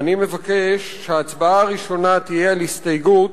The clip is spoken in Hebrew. אני מבקש שההצבעה הראשונה תהיה על הסתייגות